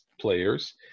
players